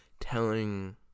telling